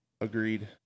agreed